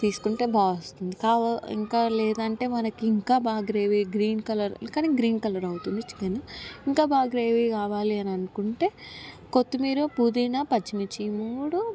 తీసుకుంటే బాగొస్తుంది ఇంకా లేదంటే మనకి ఇంకా బాగా గ్రేవీ గ్రీన్ కలర్ కానీ గ్రీన్ కలర్ అవుతుంది చికెన్ చికెన్ ఇంకా బాగా గ్రేవీ కావాలి అని అనుకుంటే కొత్తిమీర పుదీనా పచ్చిమిర్చి ఈ మూడు